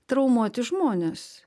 traumuoti žmonės